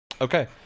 Okay